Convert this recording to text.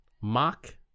Mock